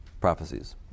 Prophecies